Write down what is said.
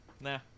nah